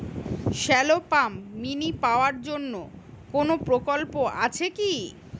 Shallow pump mini power জন্য কোনো প্রকল্প আছে কি?